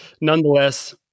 Nonetheless